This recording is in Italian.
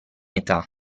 età